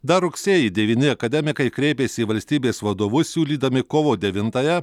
dar rugsėjį devyni akademikai kreipėsi į valstybės vadovus siūlydami kovo devintąją